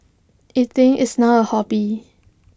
eating is now A hobby